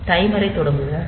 டைமரைத் தொடங்குகிறோம்